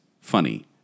funny